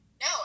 No